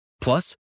plus